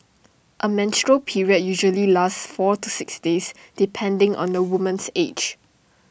A menstrual period usually lasts four to six days depending on the woman's age